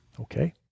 Okay